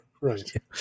Right